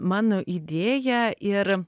mano idėja ir